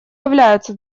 являются